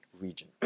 region